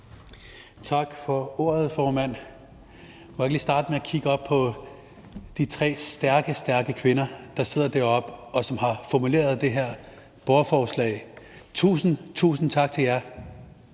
Tak for ordet, formand. Må jeg ikke lige starte med at kigge op på de tre stærke, stærke kvinder, som sidder deroppe på tilhørerpladserne, og som har formuleret det her borgerforslag. Tusind, tusind tak til jer.